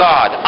God